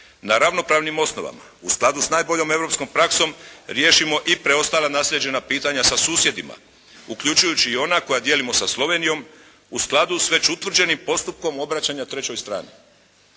na ravnopravnim osnovama u skladu s najboljom europskom praksom riješimo i preostala naslijeđena pitanja sa susjedima uključujući i ona koja dijelimo sa Slovenijom u skladu s već utvrđenim postupkom obraćanja trećoj strani.